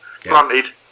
Granted